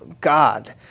God